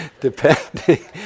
depending